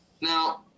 now